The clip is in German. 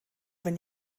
wenn